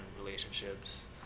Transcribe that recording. relationships